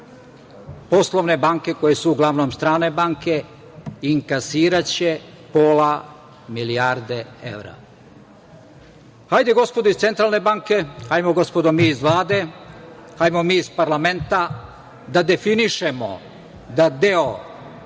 poslovne banke koje su uglavnom strane banke, inkasiraće pola milijarde evra. Hajde, gospodo iz Centralne banke, hajde gospodo mi iz Vlade, hajde mi iz parlamenta da definišemo da deo